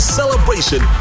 celebration